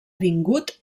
vingut